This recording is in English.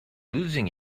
losing